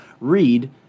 read